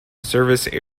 service